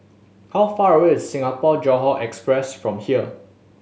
how far away is Singapore Johore Express from here